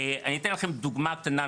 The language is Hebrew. אני אתן לכם דוגמה קטנה.